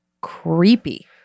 Creepy